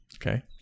Okay